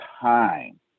time